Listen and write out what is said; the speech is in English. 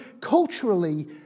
culturally